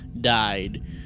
died